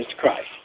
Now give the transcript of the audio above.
Christ